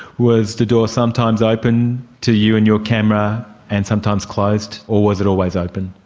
was the door sometimes open to you and your camera and sometimes closed, or was it always open?